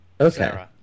Okay